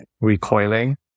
recoiling